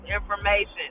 information